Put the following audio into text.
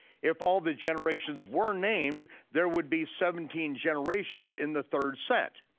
if all the generations were named, there would be seventeen generations in the third set.